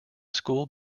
school